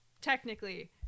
technically